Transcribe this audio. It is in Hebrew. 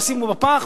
תשימו בפח,